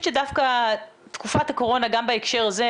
שדווקא תקופת הקורונה גם בהקשר הזה,